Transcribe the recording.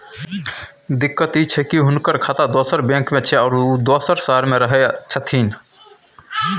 दिक्कत इ छै की हुनकर खाता दोसर बैंक में छै, आरो उ दोसर शहर में रहें छथिन